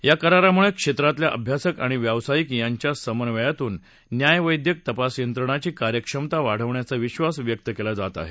या करारामुळे या क्षेत्रातले अभ्यासक आणि व्यवसायिक यांच्या समन्वयातून न्याय वैद्यक तपास यंत्रणाची कार्यक्षमता वाढण्याचा विधास व्यक्त केला जात आहे